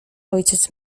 ojciec